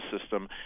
system